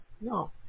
No